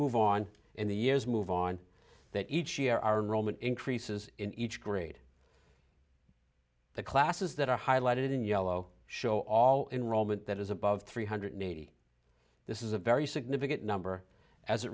move on and the years move on that each year are roman increases in each grade the classes that are highlighted in yellow show all in roman that is above three hundred eighty this is a very significant number as it